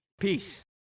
Peace